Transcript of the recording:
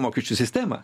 mokesčių sistemą